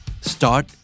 Start